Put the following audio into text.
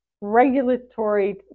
Regulatory